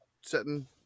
setting